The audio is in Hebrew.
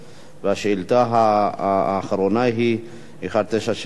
השאילתא האחרונה היא מס' 1976,